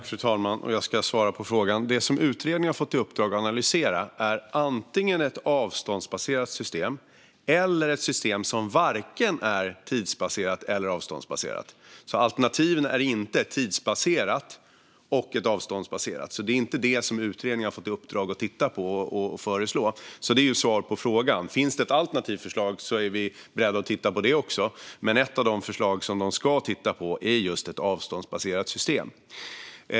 Fru talman! Jag ska svara på frågan. Det som utredningen har fått i uppdrag att analysera är antingen ett avståndsbaserat system eller ett system som varken är tidsbaserat eller avståndsbaserat. Alternativen är alltså inte ett tidsbaserat system och ett avståndsbaserat system. Det är inte detta som utredningen har fått i uppdrag att titta på och föreslå. Det är svar på frågan. Finns det ett alternativt förslag är vi beredda att titta på det också. Men ett av de förslag som utredningen ska titta på är just ett avståndsbaserat system.